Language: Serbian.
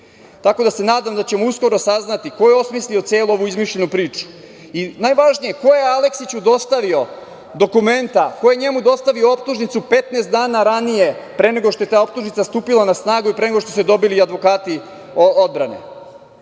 tako da se nadam da ćemo uskoro saznati ko je osmislio celu ovu izmišljenu priču i ko je Aleksiću dostavio dokumenta. Ko je njemu dostavio optužnicu 15 dana ranije pre nego što je ta optužnica stupila na snagu i pre nego što su je dobili advokati odbrane? Moje